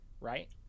right